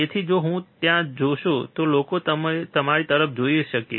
તેથી જો તમે ત્યાં જોશો તો લોકો પણ તમારી તરફ જોઈ શકે છે